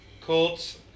Colts